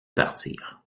partir